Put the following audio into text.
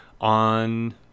on